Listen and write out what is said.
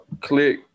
click